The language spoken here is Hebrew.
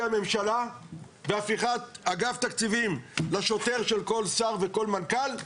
הממשלה והפיכת אגף תקציבים לשוטר של כל שר וכל מנכ"ל.